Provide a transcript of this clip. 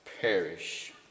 perish